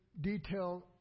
detailed